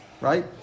right